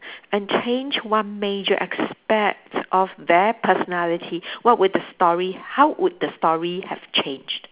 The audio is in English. and change one major aspect of their personality what would the story how would the story have changed